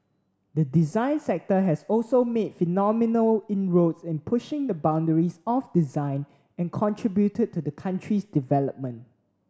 the design sector has also made phenomenal inroads in pushing the boundaries of design and contributed to the country's development